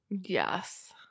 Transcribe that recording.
yes